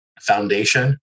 foundation